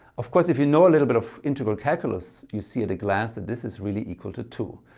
of course, if you know a little bit of integral calculus you see at a glance that this is really equal to two.